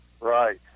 Right